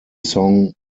song